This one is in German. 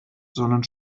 sondern